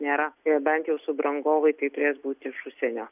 nėra nebent jau subrangovai tai turės būt iš užsienio